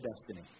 destiny